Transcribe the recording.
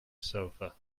sofa